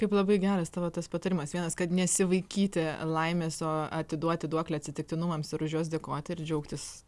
kaip labai geras tavo tas patarimas vienas kad nesivaikyti laimės o atiduoti duoklę atsitiktinumams ir už juos dėkoti ir džiaugtis